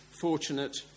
fortunate